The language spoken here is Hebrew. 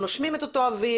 אנחנו נושמים את אותו אוויר,